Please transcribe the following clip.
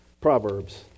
Proverbs